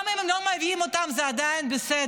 גם אם הם לא מביאים אותם זה עדיין בסדר,